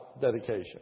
dedication